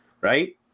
right